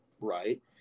right